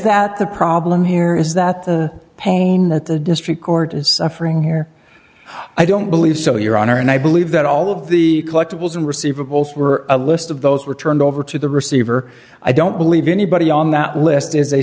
the problem here is that the pain that the district court is suffering here i don't believe so your honor and i believe that all of the collectibles in receivables were a list of those were turned over to the receiver i don't believe anybody on that list is a